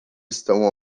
estão